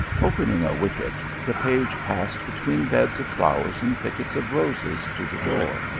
opening a wicket, the page passed between beds of flowers and thickets of roses to the door.